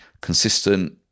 consistent